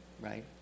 right